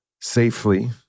safely